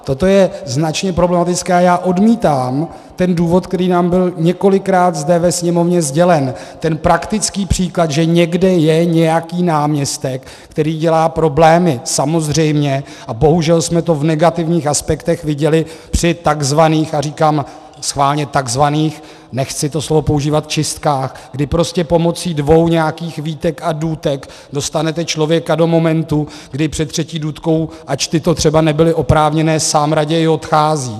Toto je značně problematické a já odmítám důvod, který nám byl několikrát zde ve Sněmovně sdělen, ten praktický příklad, že někde je nějaký náměstek, který dělá problémy, samozřejmě, a bohužel jsme to v negativních aspektech viděli při takzvaných, a říkám schválně takzvaných, nechci to slovo používat, čistkách, kdy prostě pomocí dvou nějakých výtek a důtek dostanete člověka do momentu, kdy před třetí důtkou, ač tyto třeba nebyly oprávněné, sám raději odchází.